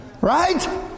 right